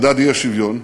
מדד האי-שוויון,